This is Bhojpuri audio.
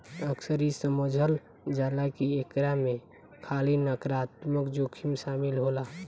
अक्सर इ समझल जाला की एकरा में खाली नकारात्मक जोखिम शामिल होला